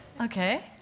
okay